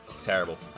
Terrible